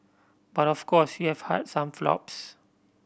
but of course you have had some flops